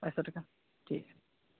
ᱯᱚᱭᱥᱟ ᱴᱟᱠᱟ ᱴᱷᱤᱠ ᱜᱮᱭᱟ